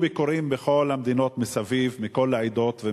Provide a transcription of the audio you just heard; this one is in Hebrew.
היו ביקורים בכל המדינות מסביב מכל העדות,